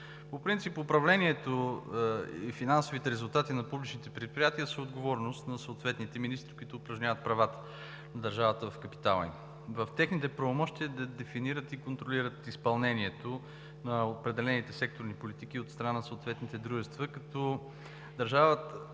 По принцип управлението и финансовите резултати на публичните предприятия са отговорност на съответните министри, които упражняват правата на държавата в капитала им. В техните правомощия дефинират и контролират изпълнението на определените секторни политики от страна на съответните дружества, като държавата